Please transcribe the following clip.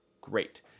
Great